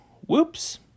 Whoops